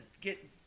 get